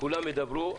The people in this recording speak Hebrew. כולם ידברו.